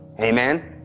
amen